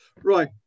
Right